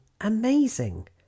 amazing